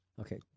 Okay